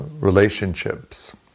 relationships